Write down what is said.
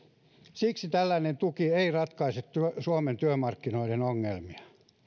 siksi tällainen tuki ei ratkaise suomen työmarkkinoiden ongelmia